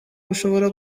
bushobora